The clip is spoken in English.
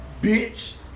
bitch